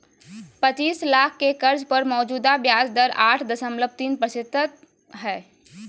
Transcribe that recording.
पचीस लाख के कर्ज पर मौजूदा ब्याज दर आठ दशमलब तीन प्रतिशत हइ